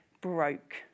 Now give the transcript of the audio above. broke